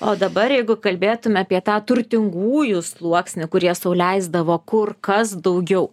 o dabar jeigu kalbėtum apie tą turtingųjų sluoksnį kurie sau leisdavo kur kas daugiau